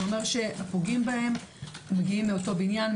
זה אומר שהפוגעים בהם מגיעים מאותו בניין,